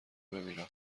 بمیرم